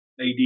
AD